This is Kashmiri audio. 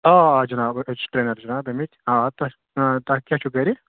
آ آ آ جِناب أسۍ چھِ ٹرینَر جِناب امکۍ آ تۄہہِ تۄہہِ کیاہ چھو گَرِ